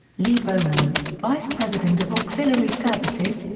lee beaumont, vice president of auxiliary services,